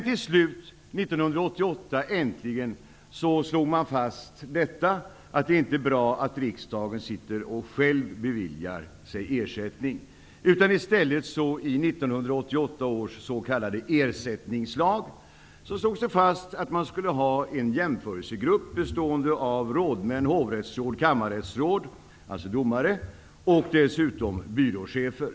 Till slut, 1988, slog man äntligen fast att det inte är bra att riksdagen själv beviljar sig ersättning. I 1988 års s.k. ersättningslag slogs det fast att man skulle ha en jämförelsegrupp bestående av rådmän, hovrättsråd, kammarrättsråd -- dvs domare-- och byråchefer.